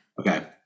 Okay